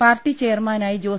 party ചെയർമാനായി ജോസ്